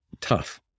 tough